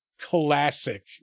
classic